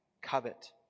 covet